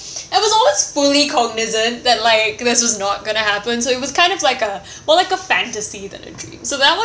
it was always fully cognizant that like this was not going to happen so it was kind of like uh well like a fantasy than a dream so that